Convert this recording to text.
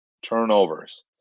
Turnovers